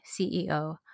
CEO